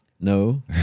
No